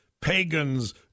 pagans